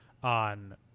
on